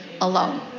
alone